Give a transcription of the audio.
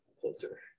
closer